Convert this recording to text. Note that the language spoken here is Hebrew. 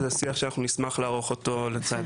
וזה שיח שאנחנו נשמח לערוך אותו לצד